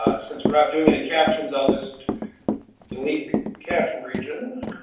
ah since we're not doing any captions i'll just delete the caption region.